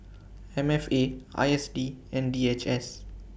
M F A I S D and D H S